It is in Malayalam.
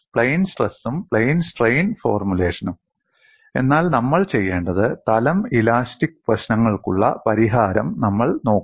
പ്ലെയിൻ സ്ട്രെസും പ്ലെയിൻ സ്ട്രെയിൻ ഫോർമുലേഷനും എന്നാൽ നമ്മൾ ചെയ്യേണ്ടത് തലം ഇലാസ്റ്റിക് പ്രശ്നങ്ങൾക്കുള്ള പരിഹാരം നമ്മൾ നോക്കും